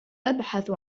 أبحث